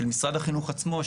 של משרד החינוך עצמו,